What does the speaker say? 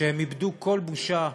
שהם איבדו כל בושה,